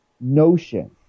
notion